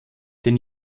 den